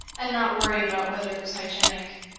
and not worry about whether it was hygienic.